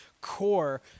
core